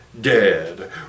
dead